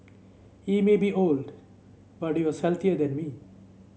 he may be old but he was healthier than me